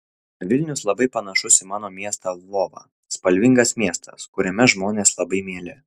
vilnius labai panašus į mano miestą lvovą spalvingas miestas kuriame žmonės labai mieli